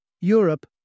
Europe